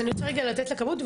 אז אני רוצה רגע לתת לכבאות,